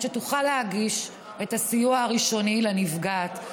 שתוכל להגיש את הסיוע הראשוני לנפגעת.